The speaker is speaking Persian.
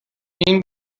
این